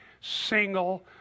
single